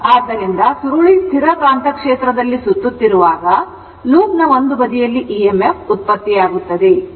ಆದ್ದರಿಂದ ಸುರುಳಿ ಸ್ಥಿರ ಕಾಂತಕ್ಷೇತ್ರದಲ್ಲಿ ಸುತ್ತುತ್ತಿರುವಾಗ ಲೂಪ್ ನ ಒಂದು ಬದಿಯಲ್ಲಿ emf ಉತ್ಪತ್ತಿಯಾಗುತ್ತದೆ